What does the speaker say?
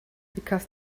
because